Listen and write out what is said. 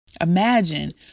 Imagine